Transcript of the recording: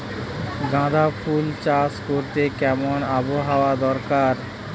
গাঁদাফুল চাষ করতে কেমন আবহাওয়া দরকার?